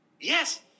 Yes